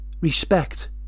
respect